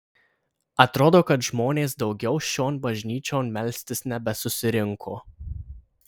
atrodo kad žmonės daugiau šion bažnyčion melstis nebesusirinko